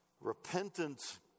Repentance